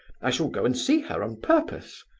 i shall go and see her on purpose.